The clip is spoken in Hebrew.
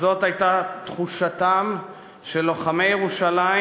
כזאת הייתה תחושתם של לוחמי ירושלים